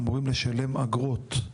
אמורים לשלם אגרות,